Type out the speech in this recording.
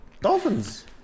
Dolphins